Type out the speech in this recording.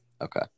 Okay